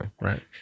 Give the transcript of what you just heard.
right